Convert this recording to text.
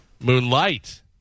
Moonlight